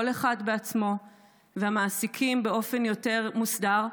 כל אחד בעצמו והמעסיקים באופן יותר מוסדר,